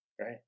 right